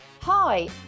Hi